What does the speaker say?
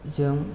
जों